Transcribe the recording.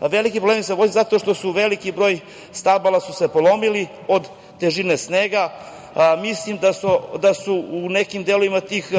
Veliki problemi sa voćnjacima zato što su veliki broj stabala su se polomila od težine snega. Mislim da su u nekim delovima tih